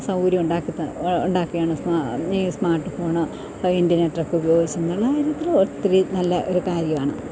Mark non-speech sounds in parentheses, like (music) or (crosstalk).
സൗകര്യമുണ്ടാക്കിത്ത ഉണ്ടാക്കിയാണ് സ്മാ ഈ സ്മാർട്ട് ഫോൺ ഇൻറ്റർനെറ്റൊക്കെ ഉപയോഗിച്ചു നല്ല (unintelligible) ഒത്തിരി നല്ല ഒരു കാര്യമാണ്